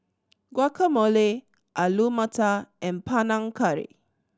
Guacamole Alu Matar and Panang Curry